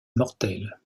mortels